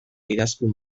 idazkun